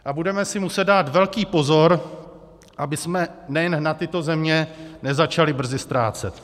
A budeme si muset dát velký pozor, abychom nejen na tyto země nezačali brzy ztrácet.